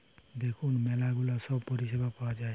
দেখুন ম্যালা গুলা সব পরিষেবা পাওয়া যায়